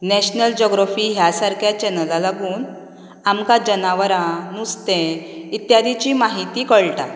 national geography ह्या सारक्या चॅनला लागून आमकां जनावरां नुस्तें इत्यादिची माहिती कळटा